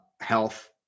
health